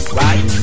right